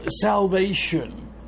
salvation